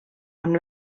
amb